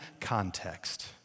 context